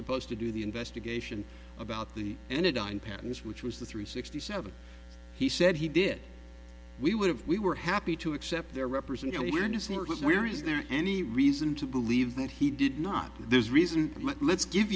supposed to do the investigation about the anadan patents which was the three sixty seven he said he did we would have we were happy to accept their represent your new circus where is there any reason to believe that he did not there's reason but let's give